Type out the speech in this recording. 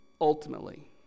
ultimately